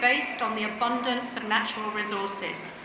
based on the abundance of natural resources,